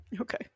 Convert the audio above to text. Okay